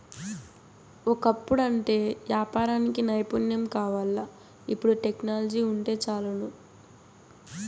ఒకప్పుడంటే యాపారానికి నైపుణ్యం కావాల్ల, ఇపుడు టెక్నాలజీ వుంటే చాలును